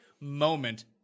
moment